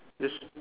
yes